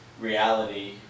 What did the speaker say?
reality